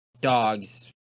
dogs